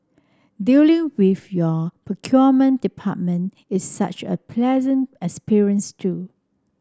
dealing with your procurement department is such a pleasant experience too